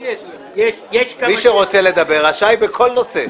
יש כמה --- מי שרוצה לדבר, רשאי בכל נושא.